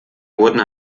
wurden